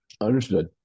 Understood